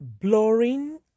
blurring